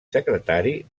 secretari